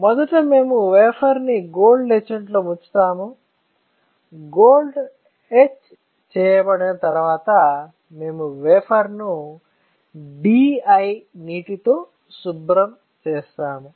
మొదట మేము వేఫర్ను గోల్డ్ ఎచాంట్లో ముంచుతాము గోల్డ్ ఎచ్ చేయబడిన తర్వాత మేము వేఫర్ ను DI నీటితో శుభ్రం చేస్తాము